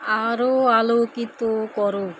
আরো আলোকিত করো